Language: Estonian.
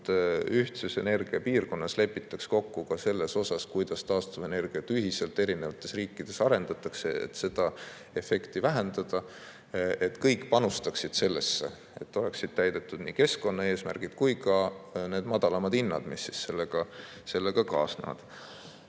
ühtses energiapiirkonnas lepitakse kokku ka selles osas, kuidas taastuvenergiat ühiselt erinevates riikides arendataks, et seda efekti vähendada ja et kõik panustaksid sellesse, et oleksid täidetud nii keskkonnaeesmärgid kui ka [oleksid] madalamad hinnad, mis sellega kaasnevad. Teine